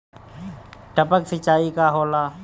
टपक सिंचाई का होला?